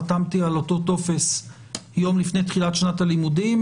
חתמתי על אותו טופס יום לפני תחילת שנת הלימודים,